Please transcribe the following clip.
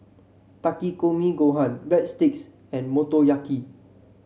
Takikomi Gohan Breadsticks and Motoyaki